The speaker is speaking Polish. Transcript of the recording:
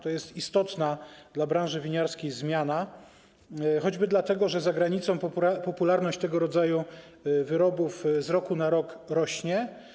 To istotna dla branży winiarskiej zmiana, choćby dlatego, że za granicą popularność tego rodzaju wyrobów z roku na rok rośnie.